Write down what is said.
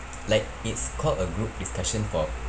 like it's called a group discussion for